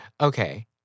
okay